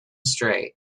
straight